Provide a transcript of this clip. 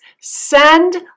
send